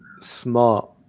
smart